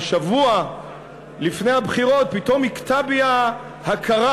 ושבוע לפני הבחירות פתאום הכתה בי ההכרה,